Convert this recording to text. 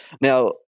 now